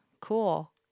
cool